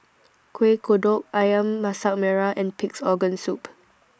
Kueh Kodok Ayam Masak Merah and Pig'S Organ Soup